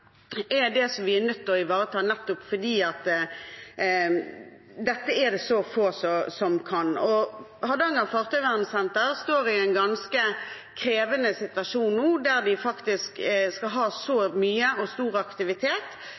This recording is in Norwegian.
vi er nødt til å ivareta, nettopp fordi det er så få som kan dette. Hardanger fartøyvernsenter står i en ganske krevende situasjon nå, hvor de skal ha